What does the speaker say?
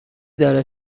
داره